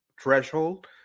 threshold